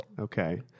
okay